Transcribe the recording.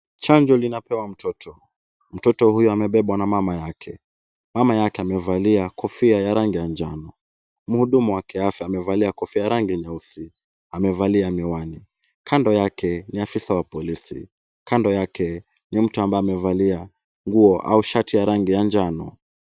Chanjo linapewa mtoto. Mtoto huyu amebebwa na mama yake . Mama yake amevalia kofia ya rangi ya njano. Mhudumu wa kiafya amevalia kofia ya rangi nyeusi ,amevalia miwani . Kando yake ni afisa wa polisi ,kando yake ni mtu ambaye amevalia nguo au shati ya rangi ya njano.